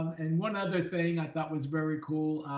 and one other thing i thought was very cool.